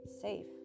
safe